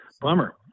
bummer